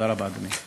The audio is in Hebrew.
תודה רבה, אדוני.